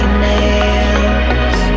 nails